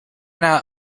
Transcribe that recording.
not